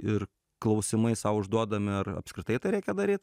ir klausimai sau užduodami ar apskritai tą reikia daryt